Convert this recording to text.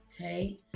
okay